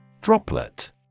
Droplet